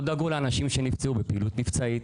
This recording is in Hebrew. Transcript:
תהא נשמתם צרורה בצרור החיים.